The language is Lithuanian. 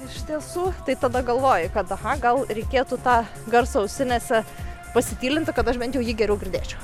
iš tiesų tai tada galvoji kad aha gal reikėtų tą garsą ausinėse pasitylinti kad aš bent jau jį geriau girdėčiau